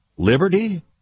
Liberty